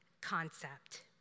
concept